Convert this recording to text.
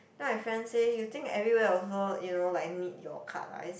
then my friend say you think everywhere also you know like need your card ah I say